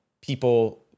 people